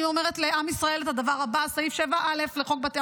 אני אומרת לעם ישראל את הדבר הבא: סעיף 7(א) לחוק בתי